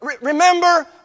Remember